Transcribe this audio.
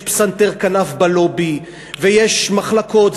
יש פסנתר כנף בלובי ויש מחלקות,